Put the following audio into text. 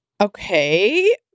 Okay